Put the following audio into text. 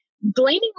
Blaming